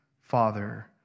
Father